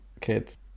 Kids